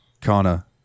Kana